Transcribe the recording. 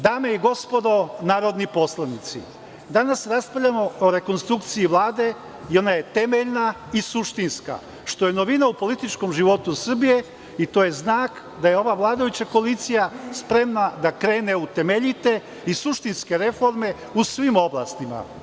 Dame i gospodo narodni poslanici, danas raspravljamo o rekonstrukciji Vlade i ona je temeljna i suštinska, što je novina u političkom životu Srbije i to je znak da je ova vladajuća koalicija spremna da krene u temeljite i suštinske reforme u svim oblastima.